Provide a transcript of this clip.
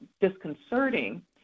disconcerting